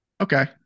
Okay